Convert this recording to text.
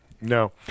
no